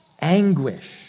anguish